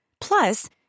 Plus